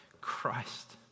Christ